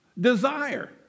desire